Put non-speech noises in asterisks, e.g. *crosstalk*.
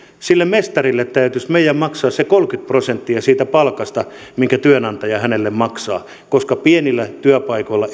sille mestarille täytyisi meidän maksaa se kolmekymmentä prosenttia siitä palkasta minkä työnantaja hänelle maksaa koska pienillä työpaikoilla *unintelligible*